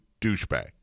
douchebag